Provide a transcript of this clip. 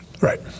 Right